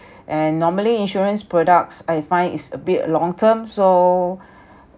and normally insurance products I find it's a bit long term so